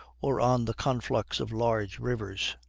or on the conflux of large rivers.